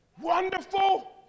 wonderful